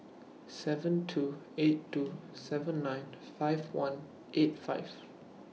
seven two eight two seven nine five one eight five